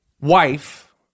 wife